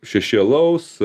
šeši alaus